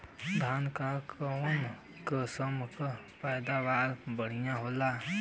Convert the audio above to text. धान क कऊन कसमक पैदावार बढ़िया होले?